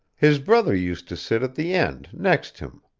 his brother used to sit at the end, next him.